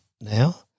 now